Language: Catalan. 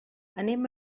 anem